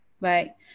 right